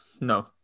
no